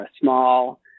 small